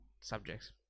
subjects